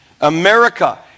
America